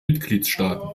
mitgliedstaaten